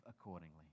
accordingly